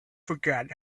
forgotten